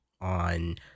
on